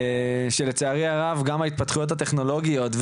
לצערי הרב גם ההתפתחויות הטכנולוגיות,